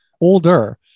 older